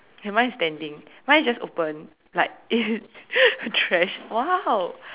ya mine is standing mine is just open like it's trash !wow!